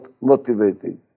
motivating